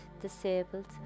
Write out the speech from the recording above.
disabled